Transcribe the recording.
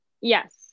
Yes